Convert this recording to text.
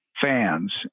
fans